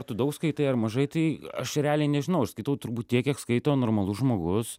tu daug skaitai ar mažai tai aš realiai nežinau aš skaitau turbūt tiek kiek skaito normalus žmogus